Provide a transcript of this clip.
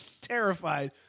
terrified